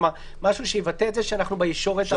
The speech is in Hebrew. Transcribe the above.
כלומר משהו שיבטא את זה שאנחנו בישורת האחרונה.